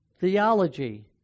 theology